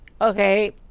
okay